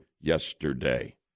yesterday